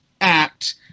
act